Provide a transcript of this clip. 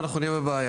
ואנחנו נהיה בבעיה.